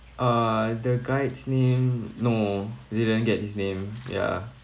uh the guide's name no didn't get his name ya